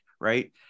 Right